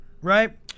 Right